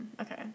okay